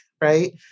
right